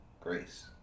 grace